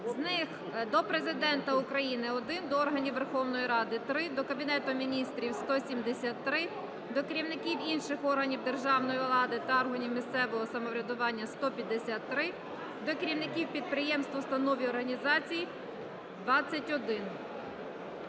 З них до Президента України – 1, до органів Верховної Ради – 3, до Кабінету Міністрів – 173, до керівників інших органів державної влади та органів місцевого самоврядування – 153, до керівників підприємств, установ і організацій – 21.